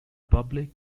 public